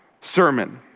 sermon